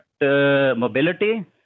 mobility